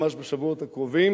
ממש בשבועות הקרובים,